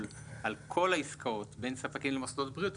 אז